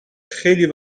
خیلی